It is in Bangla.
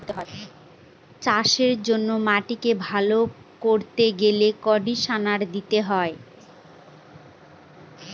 চাষের জন্য মাটিকে ভালো করতে গেলে কন্ডিশনার দিতে হয়